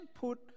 put